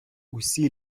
усі